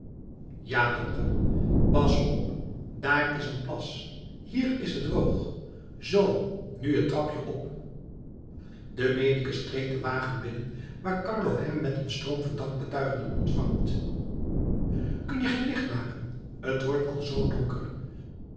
ja dokter pas op daar is een plas hier is het droog zoo nu het trapje op de medicus treedt den wagen binnen waar carlo hem met een stroom van dankbetuigingen ontvangt kun je geen licht maken t wordt al zoo donker